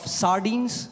sardines